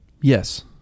Yes